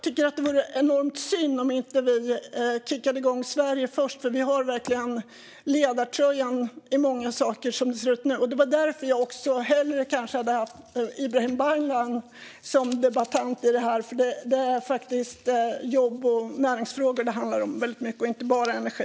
Det vore enormt synd om inte vi kickade igång Sverige först. Vi har verkligen ledartröjan i många saker som det ser ut nu. Det var därför som jag kanske hellre hade haft Ibrahim Baylan som debattör. Det handlar väldigt mycket om jobb och näringsfrågor och inte bara om energi.